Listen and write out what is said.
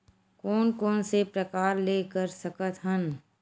कोन कोन से प्रकार ले कर सकत हन?